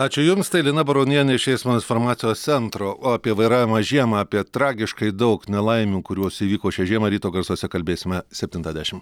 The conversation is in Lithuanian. ačiū jums tai lina baronienė iš eismo informacijos centro o apie vairavimą žiemą apie tragiškai daug nelaimių kurios įvyko šią žiemą ryto garsuose kalbėsime septyntą dešim